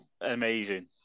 amazing